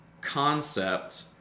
concept